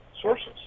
sources